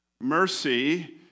Mercy